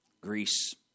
Greece